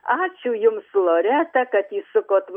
ačiū jums loreta kad įsukot